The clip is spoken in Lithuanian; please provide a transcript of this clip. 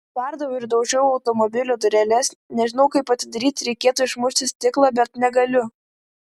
spardau ir daužau automobilio dureles nežinau kaip atidaryti reikėtų išmušti stiklą bet negaliu